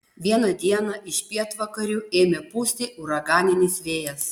vieną dieną iš pietvakarių ėmė pūsti uraganinis vėjas